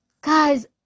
guys